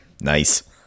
Nice